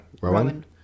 Rowan